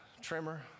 trimmer